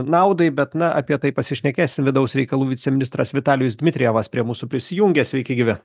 naudai bet na apie tai pasišnekėsim vidaus reikalų viceministras vitalijus dmitrijevas prie mūsų prisijungė sveiki gyvi